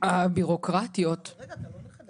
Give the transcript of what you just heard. אני לא נכה,